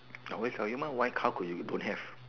I always tell you mah why how could you don't have